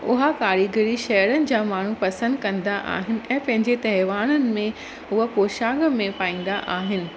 उहा कारीगरी शहरनि जा माण्हू पसंदि कंदा आहिनि ऐं पंहिंजे तहिवारनि में उहा पोशाक में पाईंदा आहिनि